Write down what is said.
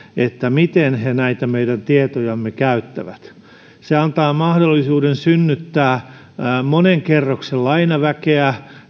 miten ne näitä meidän tietojamme käyttävät se antaa mahdollisuuden synnyttää monen kerroksen lainaväkeä